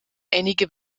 einige